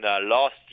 last